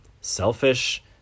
selfish